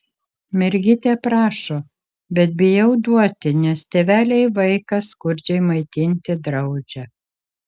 mergytė prašo bet bijau duoti nes tėveliai vaiką skurdžiai maitinti draudžia